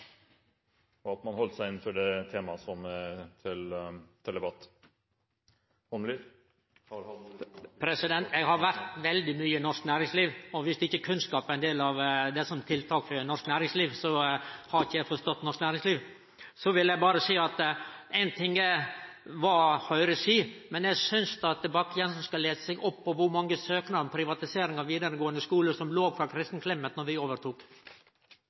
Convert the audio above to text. kunnskap er ein del av tiltaka, har eg ikkje forstått norsk næringsliv. Så vil eg berre seie at ein ting er kva Høgre seier, men eg synest Bakke-Jensen skal lese seg opp på kor mange søknader om privatisering av vidaregåande skolar som låg inne da vi overtok